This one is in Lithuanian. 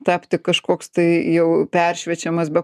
tapti kažkoks tai jau peršviečiamas be